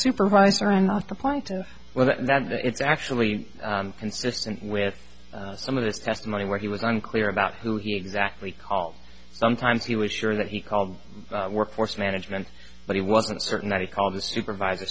supervisor not supplying to well it's actually consistent with some of the testimony where he was unclear about who he exactly call sometimes he was sure that he called workforce management but he wasn't certain that he called the supervisor